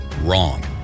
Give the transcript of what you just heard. Wrong